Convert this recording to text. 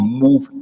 move